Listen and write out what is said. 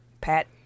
Pat